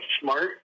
smart